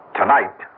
tonight